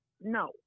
No